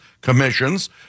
commissions